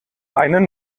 einen